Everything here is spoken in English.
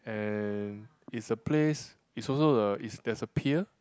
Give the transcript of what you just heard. and is a place is also a is there's a pier